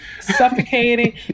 Suffocating